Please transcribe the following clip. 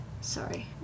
sorry